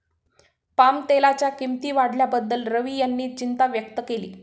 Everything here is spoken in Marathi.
पामतेलाच्या किंमती वाढल्याबद्दल रवी यांनी चिंता व्यक्त केली